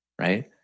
right